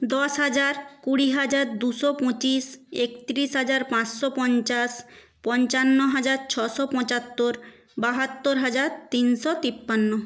দশ হাজার কুড়ি হাজার দুশো পঁচিশ একতিরিশ হাজার পাঁচশো পঞ্চাশ পঞ্চান্ন হাজার ছশো পঁচাত্তর বাহাত্তর হাজার তিনশো তিপ্পান্ন